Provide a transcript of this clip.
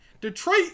Detroit